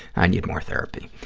i need more therapy.